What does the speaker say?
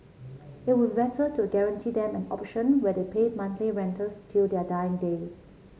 it would better to guarantee them an option where they pay monthly rentals till their dying day